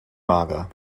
mager